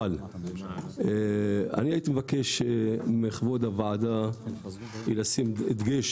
אבל אני הייתי מבקש מכבוד הוועדה לשים דגש